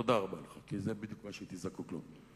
תודה רבה לך, כי זה בדיוק מה שהייתי זקוק לו.